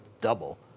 double